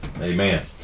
Amen